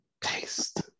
taste